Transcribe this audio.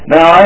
Now